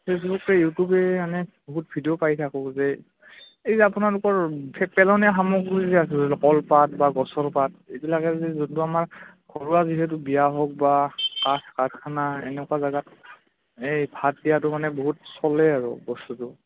ফেচবুকে ইউটিউবে মানে বহুত ভিডিঅ' পাই থাকোঁ যে এই যে আপোনালোকৰ পেলনীয়া সামগ্ৰী আছে কলপাত বা গছৰ পাত এইবিলাক আছে যোনটো আমাৰ ঘৰুৱা যিহেতু বিয়া হওক বা কাঠ কাৰখানা এনেকুৱা জেগাত এই ভাত দিয়াটো মানে বহুত চলে আৰু বস্তুটো